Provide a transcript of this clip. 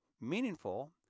meaningful